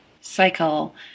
cycle